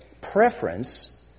preference